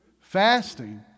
Fasting